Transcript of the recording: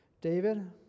David